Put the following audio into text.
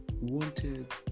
wanted